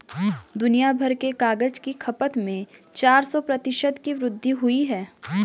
दुनियाभर में कागज की खपत में चार सौ प्रतिशत की वृद्धि हुई है